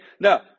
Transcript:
Now